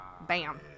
Bam